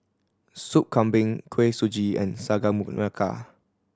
Soup Kambing Kuih Suji and Sagu Melaka